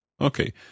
Okay